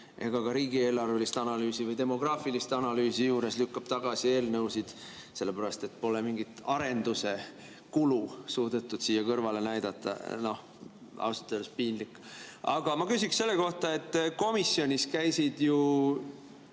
ega ka riigieelarvelist analüüsi või demograafilist analüüsi juures, lükkab tagasi eelnõusid sellepärast, et pole mingit arenduse kulu suudetud kõrvale näidata. Ausalt öeldes piinlik. Aga ma küsin selle kohta. Komisjonis käisid